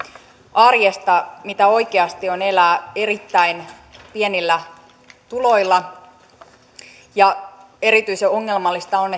arjesta mitä oikeasti on elää erittäin pienillä tuloilla erityisen ongelmallista on